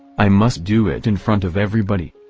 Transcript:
i must do it in front of everybody.